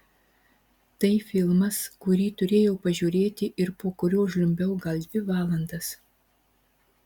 tai filmas kurį turėjau pažiūrėti ir po kurio žliumbiau gal dvi valandas